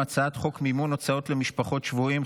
הצעת חוק מימון הוצאות למשפחות שבויים,